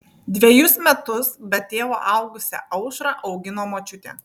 dvejus metus be tėvo augusią aušrą augino močiutė